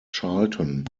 charlton